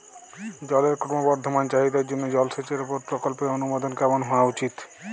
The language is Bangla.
জলের ক্রমবর্ধমান চাহিদার জন্য জলসেচের উপর প্রকল্পের অনুমোদন কেমন হওয়া উচিৎ?